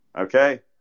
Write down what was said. Okay